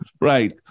right